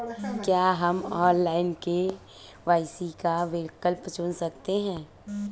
क्या हम online KYC का विकल्प चुन सकते हैं?